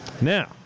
now